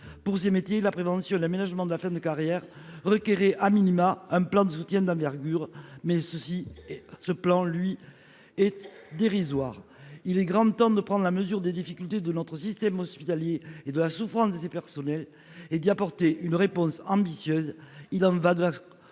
Pour ces métiers, la prévention et l'aménagement de la fin de carrière requéraient, au minimum, un plan de soutien d'envergure ; ce que vous proposez est dérisoire au regard des besoins. Il est grand temps de prendre la mesure des difficultés de notre système hospitalier et de la souffrance de ses personnels et d'y apporter une réponse ambitieuse